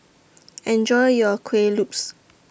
Enjoy your Kueh Lopes